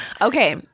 okay